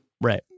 Right